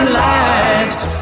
lights